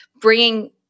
bringing